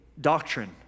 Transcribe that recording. doctrine